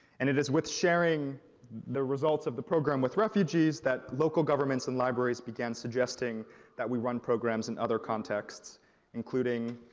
and it is with sharing the results of the program with refugees that local governments and libraries began suggesting that we run programs and other contexts including